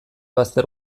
bazter